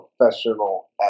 professional